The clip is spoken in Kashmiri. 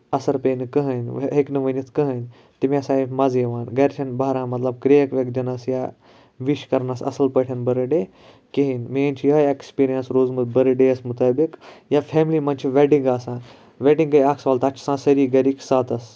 اَثَر پیٚیہِ نہٕ کٕہٕنۍ ہیٚکہ نہٕ ؤنِتھ کٕہٕنۍ تہِ مےٚ ہَسا چھُ مَزِ یِوان گَرِ چھنہٕ بہران مَطلِب کریٚکھ ویکھ دِنَس یا وِش کَرنَس اَصل پٲٹھۍ بٔرتھ ڈے کہیٖنۍ میٲنۍ چھِ یِہے ایٚکٕسپیٖریَنٕس روٗزمٕژ بٔرتھ ڈے یَس مُطٲبِق یا فیملی مَنٛز چھِ ویٚڈِنٛگ آسان ویٚڈِنٛگ گٔے اکھ سوال تَتھ چھِ آسان سٲری گَرِکۍ ساتَس